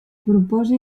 proposa